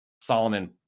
Solomon